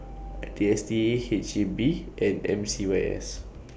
D S T A H E B and M C Y S